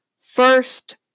First